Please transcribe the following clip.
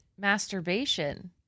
masturbation